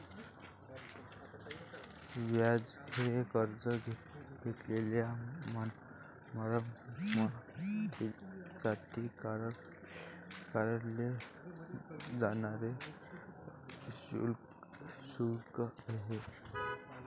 व्याज हे कर्ज घेतलेल्या मालमत्तेसाठी आकारले जाणारे शुल्क आहे